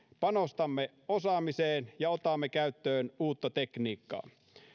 panostamme osaamiseen ja otamme käyttöön uutta tekniikkaa